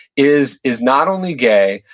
is is not only gay,